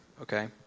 Okay